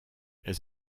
elle